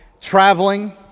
traveling